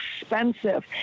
expensive